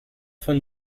von